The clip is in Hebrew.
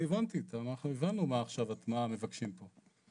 אנחנו הבנו מה מבקשים פה.